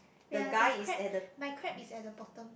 wait ah the crab my crab is at the bottom